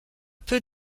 peu